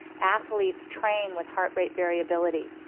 athletes train with heart rate variability.